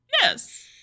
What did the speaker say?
Yes